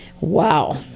wow